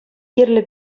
кирлӗ